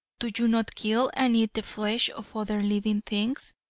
do you not kill and eat the flesh of other living things?